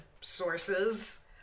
sources